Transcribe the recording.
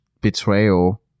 betrayal